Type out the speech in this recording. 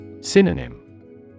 Synonym